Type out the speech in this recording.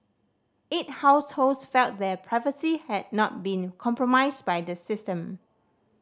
eight households felt their privacy had not been compromised by the system